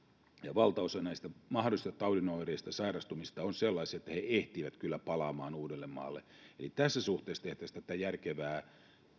valtaosa näistä mahdollisista taudin oireista sairastumisista on sellaisia että he ehtivät kyllä palaamaan uudellemaalle eli tässä suhteessa tehtäisiin tätä järkevää